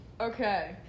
Okay